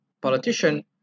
politician